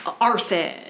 arson